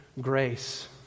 grace